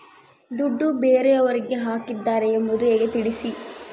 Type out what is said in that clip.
ದುಡ್ಡು ಬೇರೆಯವರಿಗೆ ಹಾಕಿದ್ದಾರೆ ಎಂಬುದು ಹೇಗೆ ತಿಳಿಸಿ?